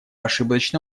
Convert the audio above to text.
ошибочно